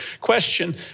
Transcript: question